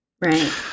Right